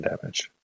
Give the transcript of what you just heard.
damage